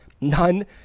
none